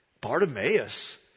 Bartimaeus